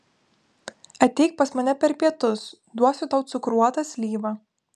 ateik pas mane per pietus duosiu tau cukruotą slyvą